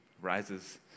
rises